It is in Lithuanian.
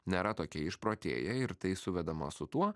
nėra tokie išprotėję ir tai suvedama su tuo